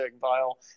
vial